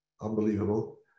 unbelievable